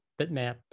bitmap